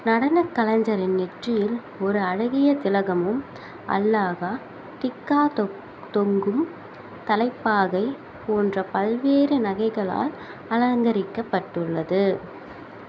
நடனக் கலைஞரின் நெற்றியில் ஒரு அழகிய திலகமும் அல்லாகா டிக்கா தொங்கும் தலைப்பாகை போன்ற பல்வேறு நகைகளால் அலங்கரிக்கப்பட்டுள்ளது